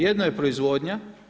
Jedno je proizvodnja.